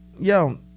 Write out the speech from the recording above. Yo